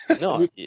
No